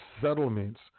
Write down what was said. settlements